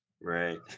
Right